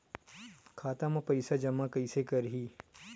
खाता म पईसा जमा कइसे करही?